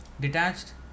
detached